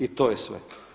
I to je sve.